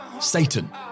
Satan